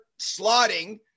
slotting